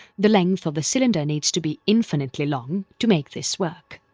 the length of the cylinder needs to be infinitely long to make this work.